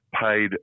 paid